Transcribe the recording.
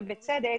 ובצדק,